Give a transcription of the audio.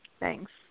thanks